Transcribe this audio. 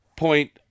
Point